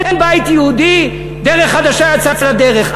אין בית יהודי, דרך חדשה יצאה לדרך.